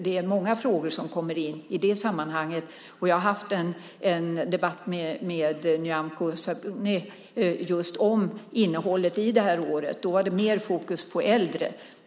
Det är många frågor som kommer in i det sammanhanget. Jag har haft en debatt med Nyamko Sabuni just om innehållet i det här året. Då var det mer fokus på äldre.